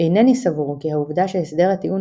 "אינני סבור כי העובדה שהסדר הטיעון